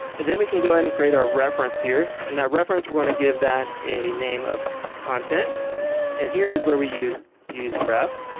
and then we can go ahead and create our reference here and that reference we're going to give that a name of content and here is where we use useref.